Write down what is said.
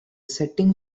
setting